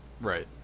Right